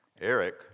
Eric